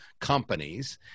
companies